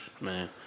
Man